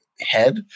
head